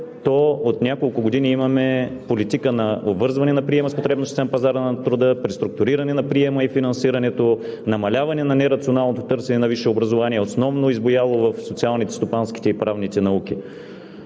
то от няколко години имаме политика на обвързване на приема с потребностите на пазара на труда, преструктуриране на приема и финансирането, намаляване на нерационалното търсене на висше образование, основно избуяло в социалните, стопанските и правните науки.